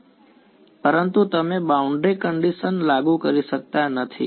વિદ્યાર્થી પરંતુ તમે બાઉન્ડ્રી કંડીશન લાગુ કરી શકતા નથી